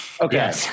Okay